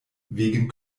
wegen